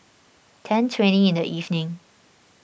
ten twenty in the evening